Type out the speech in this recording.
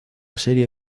serie